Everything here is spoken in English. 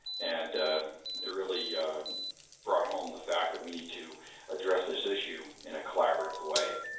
and it really brought home the fact that we need to address this issue in a collaborative way.